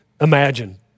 imagine